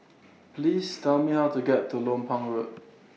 Please Tell Me How to get to Lompang Road